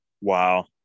wow